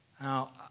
Now